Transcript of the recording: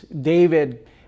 david